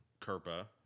Kerpa